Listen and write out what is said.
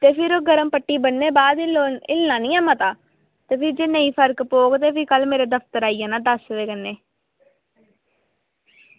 ते फिर गर्म पट्टी ब'न्नने दे बाद हिल्लना निं ऐ मता ते फ्ही बी फर्क नेईं पौग ते मेरे दफ्तर आई जाना दस्स बजे कन्नै